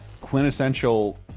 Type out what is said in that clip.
quintessential